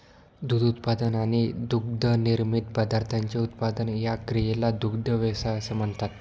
दूध उत्पादन आणि दुग्धनिर्मित पदार्थांचे उत्पादन या क्रियेला दुग्ध व्यवसाय असे म्हणतात